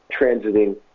transiting